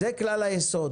זה כלל היסוד.